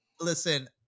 listen